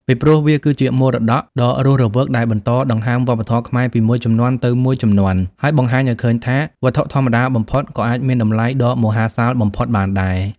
ពីព្រោះ វាគឺជាមរតកដ៏រស់រវើក ដែលបន្តដង្ហើមវប្បធម៌ខ្មែរពីមួយជំនាន់ទៅមួយជំនាន់ ហើយបង្ហាញឲ្យឃើញថា វត្ថុធម្មតាបំផុតក៏អាចមានតម្លៃដ៏មហាសាលបំផុតបានដែរ។